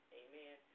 amen